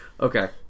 Okay